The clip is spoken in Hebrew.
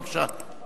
בבקשה.